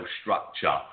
structure